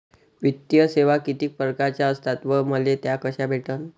वित्तीय सेवा कितीक परकारच्या असतात व मले त्या कशा भेटन?